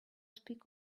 speak